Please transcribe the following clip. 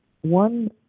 One